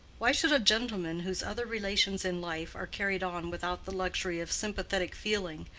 why should a gentleman whose other relations in life are carried on without the luxury of sympathetic feeling,